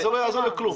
זה לא יעזור לכלום.